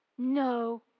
No